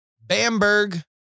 Bamberg